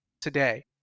today